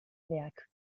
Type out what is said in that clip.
werk